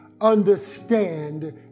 understand